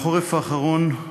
החורף האחרון,